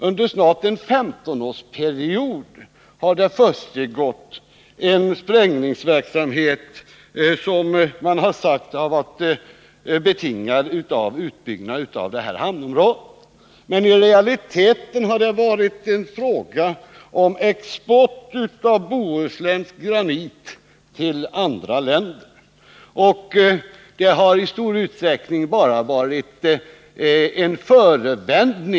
Under snart en 15-årsperiod har en sprängningsverksamhet pågått, vilken varit betingad av utbyggnaden av hamnområdet, Birgit Friggebo. Men i realiteten har det varit fråga om export av bohuslänsk granit till andra länder.